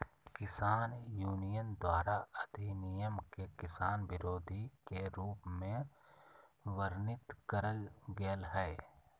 किसान यूनियन द्वारा अधिनियम के किसान विरोधी के रूप में वर्णित करल गेल हई